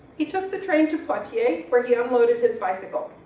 he took the train to poitiers where he unloaded his bicycle.